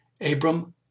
Abram